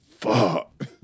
Fuck